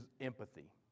empathy